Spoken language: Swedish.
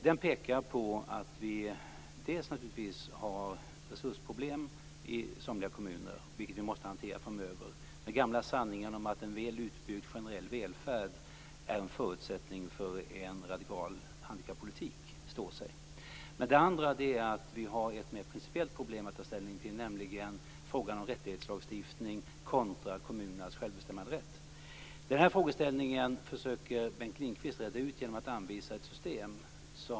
Den visar att vi naturligtvis har resursproblem i somliga kommuner, vilket vi måste hantera framöver. Den gamla sanningen att en väl utbyggd generell välfärd är en förutsättning för en radikal handikappolitik står sig. Det andra är att vi har ett mer principiellt problem att ta ställning till, nämligen frågan om rättighetslagstiftning kontra kommunernas självbestämmaderätt. Den frågan försöker Bengt Lindqvist reda ut genom att anvisa ett system.